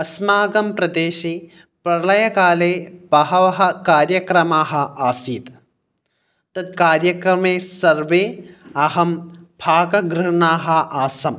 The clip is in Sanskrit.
अस्माकं प्रदेशे प्रळयकाले बहवः कार्यक्रमाः आसीत् तत् कार्यक्रमे स्सर्वे अहं भागगृह्णाः आसं